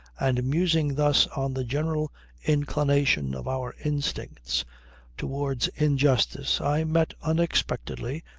and musing thus on the general inclination of our instincts towards injustice i met unexpectedly,